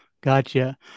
Gotcha